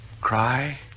cry